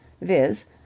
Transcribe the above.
viz